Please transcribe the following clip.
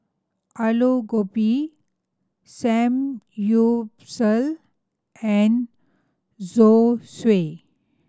Alu Gobi Samgyeopsal and Zosui